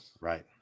right